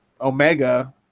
Omega